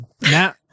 Now